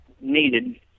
needed